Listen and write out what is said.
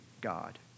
God